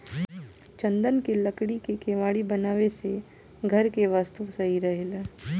चन्दन के लकड़ी के केवाड़ी बनावे से घर के वस्तु सही रहेला